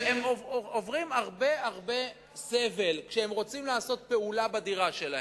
שהם עוברים הרבה הרבה סבל כשהם רוצים לעשות פעולה בדירה שלהם.